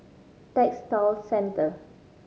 Textile Centre